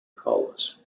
colas